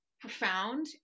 profound